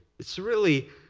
it's really,